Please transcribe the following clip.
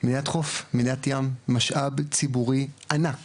מדינת חוף, מדינת ים, משאב ציבורי ענק